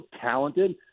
talented